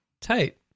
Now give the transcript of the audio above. Tight